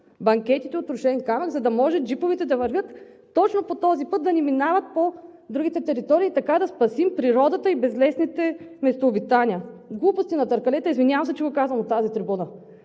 банкетите от трошен камък, за да може джиповете да вървят точно по този път, да не минават по другите територии и така да спасим природата и безлесните местообитания. „Глупости на търкалета!“ Извинявам се, че го казвам от тази трибуна.